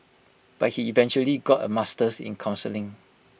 but he eventually got A master's in counselling